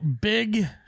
big